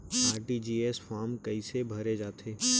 RTGS form कइसे भरे जाथे?